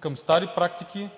към стари практики